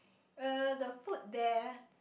uh the food there